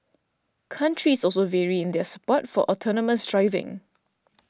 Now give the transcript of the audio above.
countries also vary in their support for autonomous driving